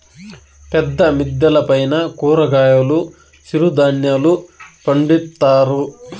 పెద్ద మిద్దెల పైన కూరగాయలు సిరుధాన్యాలు పండిత్తారు